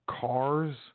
cars